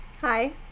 hi